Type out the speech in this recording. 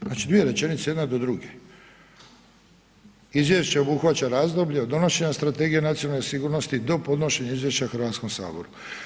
Znači, dvije rečenice jedna do druge, izvješće obuhvaća razdoblje od donošenja Strategije nacionalne sigurnosti do podnošenja izvješća Hrvatskom saboru.